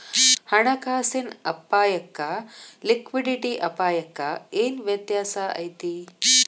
ಹಣ ಕಾಸಿನ್ ಅಪ್ಪಾಯಕ್ಕ ಲಿಕ್ವಿಡಿಟಿ ಅಪಾಯಕ್ಕ ಏನ್ ವ್ಯತ್ಯಾಸಾ ಐತಿ?